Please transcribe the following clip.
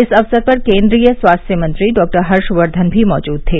इस अवसर पर केन्द्रीय स्वास्थ्य मंत्री डॉक्टर हर्षवर्धन भी मौजूद थे